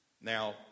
Now